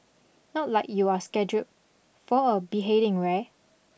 not like you're scheduled for a beheading wear